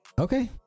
Okay